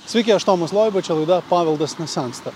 sveiki aš tomas loiba čia laida paveldas nesensta